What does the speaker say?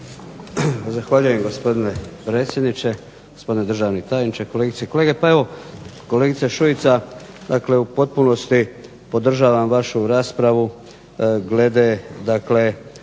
Zahvaljujem gospodine predsjedniče, gospodine državni tajniče, kolegice i kolege. Pa evo kolegica Šuica dakle u potpunosti podržavam vašu raspravu glede dakle